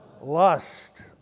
lust